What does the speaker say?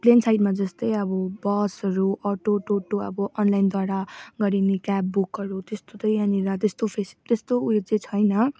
plain साइडमा जस्तै अब बसहरू अटो टोटो अब अनलाइनद्वारा गरिने क्याब बुकहरू त्यस्तो त यहाँनिर त्यस्तो फेस् त्यस्तो उयो चाहिँ छैन